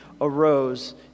arose